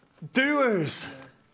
doers